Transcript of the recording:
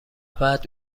بعد